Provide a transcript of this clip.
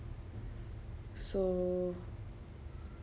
so